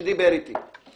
שדיבר אתי מילה.